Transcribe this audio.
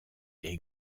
est